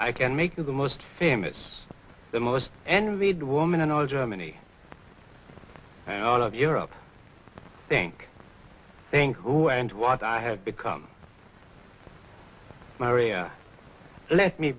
i can make you the most famous the most envied woman in all germany and all of europe think think who and what i have become mary let me